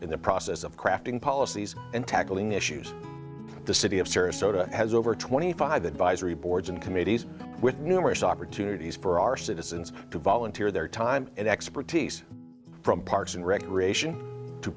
in the process of crafting policies and tackling issues the city of serious so to has over twenty five advisory boards and committees with numerous opportunities for our citizens to volunteer their time and expertise from parks and recreation to